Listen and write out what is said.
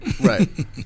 Right